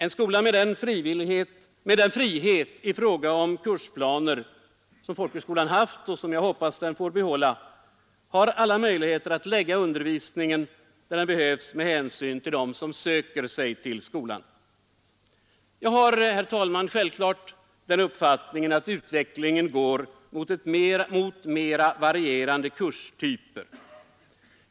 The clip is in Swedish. En skola med den frihet i fråga om kursplaner som folkhögskolan haft och som jag hoppas att den får behålla har alla möjligheter att lägga undervisningen där den behövs med hänsyn till dem som söker sig till skolan. Jag har, herr talman, givetvis den uppfattningen att utvecklingen går mot mera varierande kurstyper.